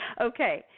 Okay